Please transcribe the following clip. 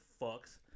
fucks